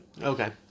Okay